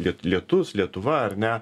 liet lietus lietuva ar ne